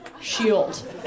shield